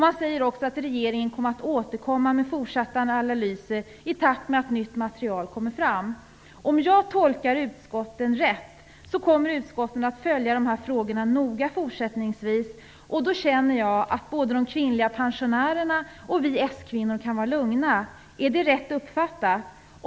Man säger också att regeringen återkommer med fortsatta analyser i takt med att nytt material kommer fram. Utskotten kommer, om jag tolkat dem rätt, att fortsättningsvis noga följa de här frågorna. I så fall känner jag att både de kvinnliga pensionärerna och vi S-Kvinnor kan vara lugna. Är det rätt uppfattat?